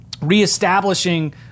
reestablishing